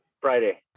Friday